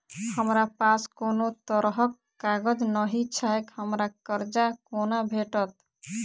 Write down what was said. हमरा पास कोनो तरहक कागज नहि छैक हमरा कर्जा कोना भेटत?